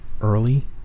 early